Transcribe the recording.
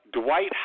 Dwight